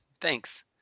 Thanks